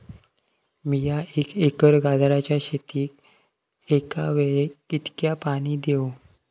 मीया एक एकर गाजराच्या शेतीक एका वेळेक कितक्या पाणी देव?